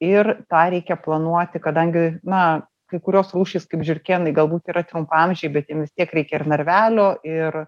ir tą reikia planuoti kadangi na kai kurios rūšys kaip žiurkėnai galbūt yra trumpaamžiai bet jiem vis tiek reikia ir narvelio ir